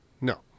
No